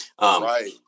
Right